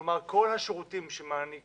כלומר, כל השירותים שמעניק